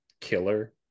killer